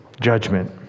judgment